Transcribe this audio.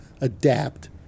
adapt